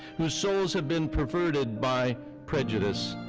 whose souls have been perverted by prejudice.